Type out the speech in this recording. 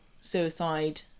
suicide